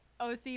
OC